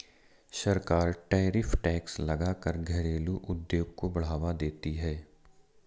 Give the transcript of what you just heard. सरकार tariff tax लगा कर घरेलु उद्योग को बढ़ावा देती है